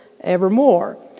evermore